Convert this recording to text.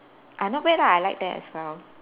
uh not bad lah I like that as well